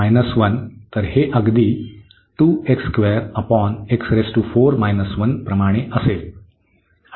तर हे अगदी प्रमाणे असेल